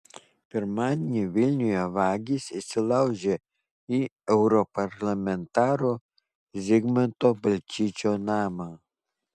pirmadienį vilniuje vagys įsilaužė į europarlamentaro zigmanto balčyčio namą